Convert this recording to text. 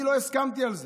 אני לא הסכמתי על זה.